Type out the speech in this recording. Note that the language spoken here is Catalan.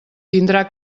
tindrà